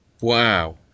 wow